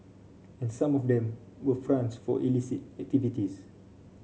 and some of them were fronts for illicit activities